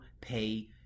pay